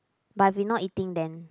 but if we not eating then